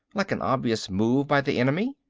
like an obvious move by the enemy?